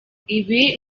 ibi